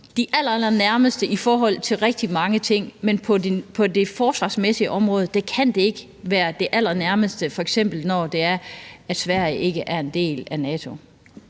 allerallernærmeste i forhold til rigtig mange ting. Men på det forsvarsmæssige område kan de ikke være de allernærmeste, efter min mening, bl.a. fordi Sverige ikke er en del af NATO.